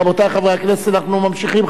רבותי חברי הכנסת, אנחנו ממשיכים.